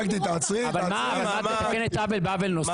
אז את מתקנת עוול בעוול נוסף?